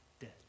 dead